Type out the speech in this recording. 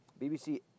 BBC